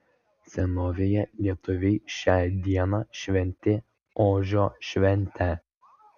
senovėje lietuviai šią dieną šventė ožio šventę